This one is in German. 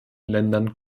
ländern